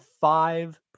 five